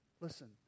Listen